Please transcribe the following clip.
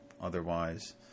otherwise